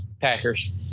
Packers